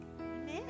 Amen